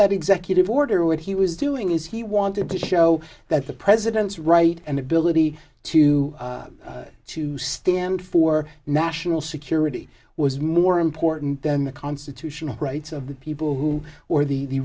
that executive order what he was doing is he wanted to show that the president's right and ability to to stand for national security was more important than the constitutional rights of the people who or the